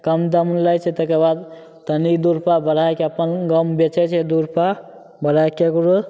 कम दाम लागै छै तकर बाद तनी दू रूपा बढ़ाके अपन बेचै छै दू रूपा बढ़ाके